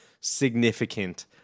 significant